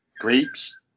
Grapes